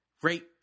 Great